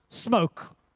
smoke